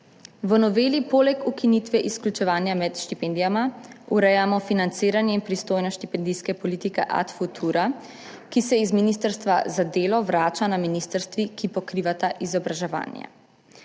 V noveli poleg ukinitve izključevanja med štipendijama urejamo financiranje in pristojnost štipendijske politike Ad futura, ki se iz Ministrstva za delo vrača na ministrstvi, ki pokrivata izobraževanje.